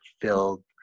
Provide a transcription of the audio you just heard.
filled